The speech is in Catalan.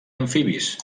amfibis